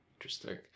Interesting